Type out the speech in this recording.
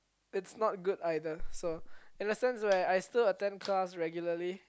it' not good either so in the sense where I still attend class regularly